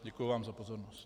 Děkuji vám za pozornost.